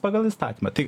pagal įstatymą tai